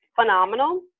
phenomenal